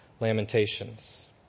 Lamentations